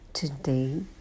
Today